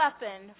weapon